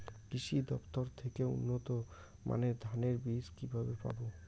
কৃষি দফতর থেকে উন্নত মানের ধানের বীজ কিভাবে পাব?